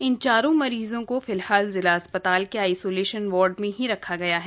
इन चारों मरीजों को फिलहाल जिला अस्पताल के आइसोलेशन वार्ड में ही रखा गया है